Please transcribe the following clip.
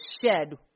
shed